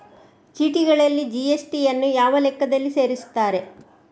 ಚೀಟಿಗಳಲ್ಲಿ ಜಿ.ಎಸ್.ಟಿ ಯನ್ನು ಯಾವ ಲೆಕ್ಕದಲ್ಲಿ ಸೇರಿಸುತ್ತಾರೆ?